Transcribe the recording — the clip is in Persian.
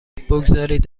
بگذارید